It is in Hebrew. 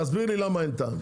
תסביר לי למה אין טעם.